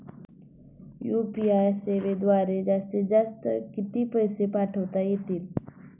UPI सेवेद्वारे जास्तीत जास्त किती पैसे पाठवता येतील?